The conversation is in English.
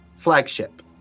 flagship